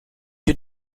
you